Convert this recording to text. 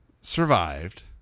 survived